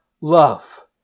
love